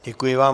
Děkuji vám.